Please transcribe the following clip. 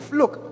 look